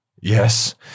Yes